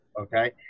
okay